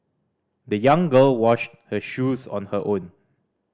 the young girl washed her shoes on her own